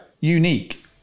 Unique